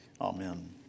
Amen